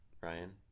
Ryan